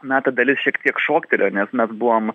na ta dalis šiek tiek šoktelėjo nes mes buvom